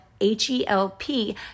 h-e-l-p